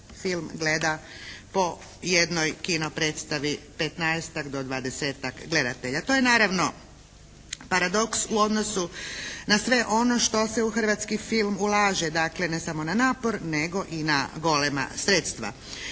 film gleda po jednoj kino predstavi 15-ak do 20-ak gledatelja. To je naravno paradoks u odnosu na sve ono što se u hrvatski film ulaže, dakle ne samo na napor nego i na golema sredstva.